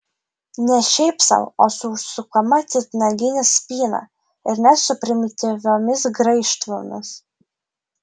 ne šiaip sau o su užsukama titnagine spyna ir net su primityviomis graižtvomis